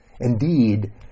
Indeed